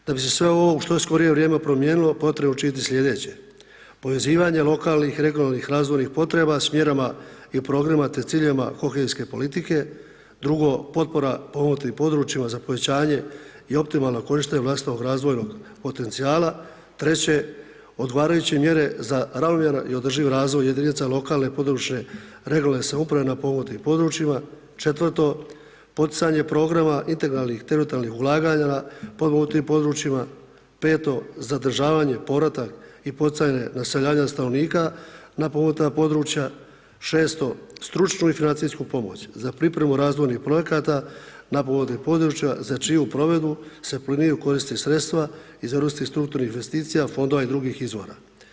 Da bi se sve ovo u što skorije vrijeme promijenilo, potrebno je učiniti slijedeće, povezivanje lokalnih, regionalnih razvojnih potreba s mjerama i programa te ciljevima kohezijske politike, drugo potpora u potpomognutim područjima za povećanje i optimalno korištenje vlastitog razvojnog potencijala, treće odgovarajuće mjere za ravnomjeran održiv razvoj jedinice lokalne područne, regionalne samouprave na potpomognutim područjima, 4 poticanje programa integralnih teritorijalnih ulaganja potpomognutim područjima, 5 zadržavanje, povratak i poticanje naseljavanje stanovnika na pomognute područja, 6 stručnu financijsku pomoć za pripremu razvojnih projekata na potpomoganim područja, za čiju provedbu se planiraju koristiti sredstva iz europskih strukturnih investicija, fondova i drugih izvora.